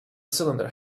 cylinder